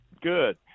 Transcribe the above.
Good